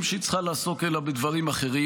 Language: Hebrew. שהיא צריכה לעסוק בהם אלא בדברים אחרים.